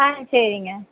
ஆ சரிங்க